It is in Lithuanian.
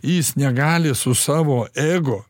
jis negali su savo ego